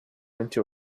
into